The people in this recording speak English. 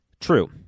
True